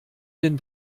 den